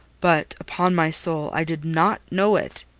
but, upon my soul, i did not know it,